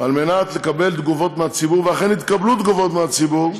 לקבל תגובות מהציבור, ואכן התקבלו תגובות מהציבור,